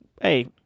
Hey